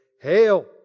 Hail